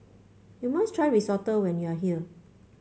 you must try Risotto when you are here